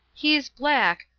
he's black,